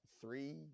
three